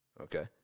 Okay